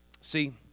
See